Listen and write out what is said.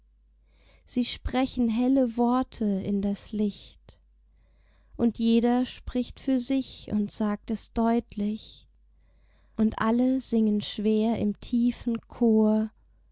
sie sprechen helle worte in das licht und jeder spricht für sich und sagt es deutlich und alle singen schwer im tiefen chor